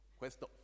questo